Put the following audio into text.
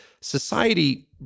society